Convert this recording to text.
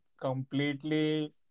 completely